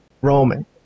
Roman